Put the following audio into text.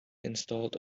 installed